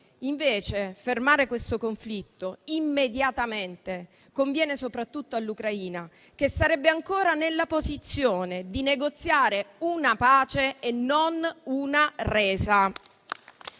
Invece, fermare questo conflitto immediatamente conviene soprattutto all'Ucraina, che sarebbe ancora nella posizione di negoziare una pace e non una resa.